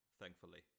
thankfully